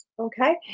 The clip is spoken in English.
Okay